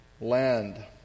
land